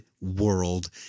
world